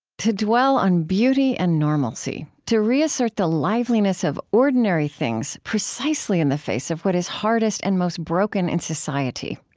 dwell on beauty and normalcy to reassert the liveliness of ordinary things, precisely in the face of what is hardest and most broken in society.